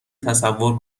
تصور